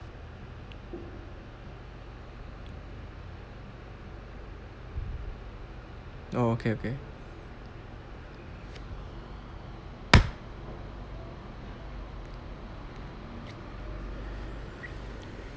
oh okay okay